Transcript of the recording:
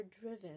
driven